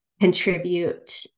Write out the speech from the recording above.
contribute